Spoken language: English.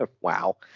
wow